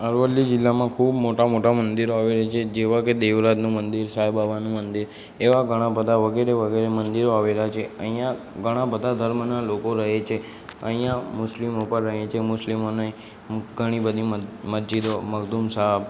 અરવલ્લી જિલ્લામાં ખૂબ મોટા મોટા મંદિરો આવેલા છે જેવા કે દેવરાજનું મંદિર સાંઈ બાબાનું મંદિર એવા ઘણા બધા વગેરે વગરે મંદિરો આવેલા છે અહીંયા ઘણા બધા ધર્મના લોકો રહે છે અહીંયા મુસ્લિમો પણ રહે છે મુસ્લિમોની ઘણી બધી મ મસ્જિદો મક્દુમ સાહેબ